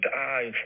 die